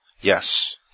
yes